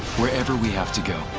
wherever we have to do,